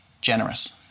generous